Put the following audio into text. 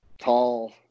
tall